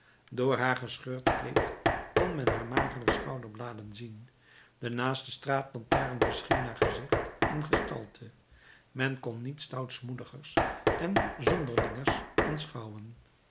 door haar gescheurd kleed kon men haar magere schouderbladen zien de naaste straatlantaarn bescheen haar gezicht en gestalte men kon niets stoutmoedigers en zonderlingers aanschouwen